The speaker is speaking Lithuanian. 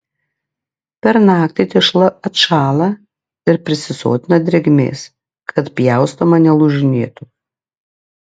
per naktį tešla atšąla ir prisisotina drėgmės kad pjaustoma nelūžinėtų